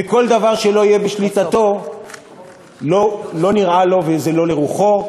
וכל דבר שלא יהיה בשליטתו לא נראה לו ולא לרוחו.